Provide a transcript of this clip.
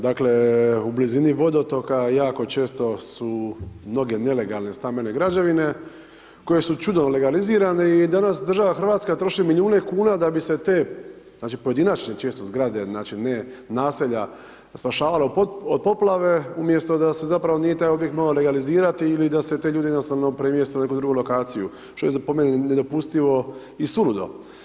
Dakle blizini vodotoka jako često su mnoge nelegalne stambene građevine koje su čudom legalizirane i danas država Hrvatska troši milijune kuna da bi se te znači pojedinačne često zgrade, znači ne naselja, spašavala od poplave umjesto da se zapravo nije taj objekt mogao legalizirati ili da se te ljude jednostavno premjesti na neku drugu lokaciju što je po meni nedopustivo i suludo.